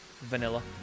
vanilla